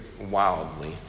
wildly